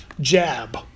jab